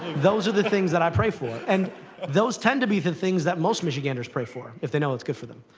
those are the things that i pray for. and those tend to be the things that most michiganders pray for, if they know what's good for them.